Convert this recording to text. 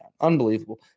unbelievable